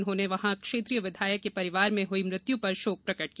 उन्होंने क्षेत्रीय विधायक के परिवार में हुई मृत्यु पर शोक प्रकट किया